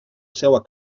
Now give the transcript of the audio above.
seua